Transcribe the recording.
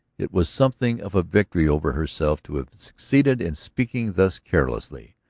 it was something of a victory over herself to have succeeded in speaking thus carelessly.